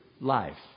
life